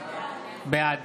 בעד